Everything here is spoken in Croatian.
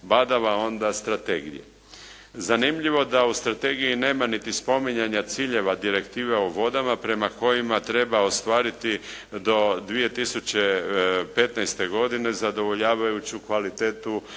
Badava onda strategije. Zanimljivo da u strategiji nema niti spominjanja ciljeva direktive o vodama prema kojima treba ostvariti do 2015. godine zadovoljavajuću kvalitetu